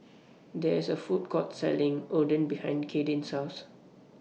There IS A Food Court Selling Oden behind Kadyn's House